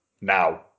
now